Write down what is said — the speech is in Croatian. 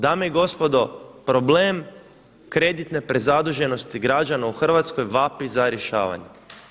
Dame i gospodo, problem kreditne prezaduženosti građana u Hrvatskoj vapi za rješavanjem.